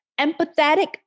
empathetic